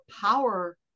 power